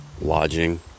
Lodging